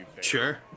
Sure